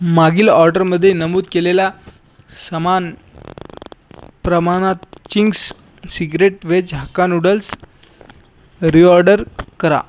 मागील ऑर्डरमध्ये नमूद केलेल्या समान प्रमाणात Ching's secret veg hakka noodles reorder करा